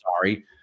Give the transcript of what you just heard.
sorry